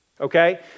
Okay